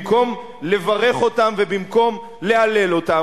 במקום לברך אותם ובמקום להלל אותם,